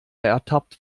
ertappt